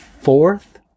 Fourth